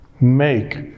make